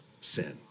sin